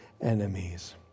enemies